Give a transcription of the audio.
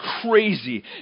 crazy